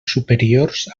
superiors